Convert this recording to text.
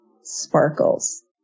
sparkles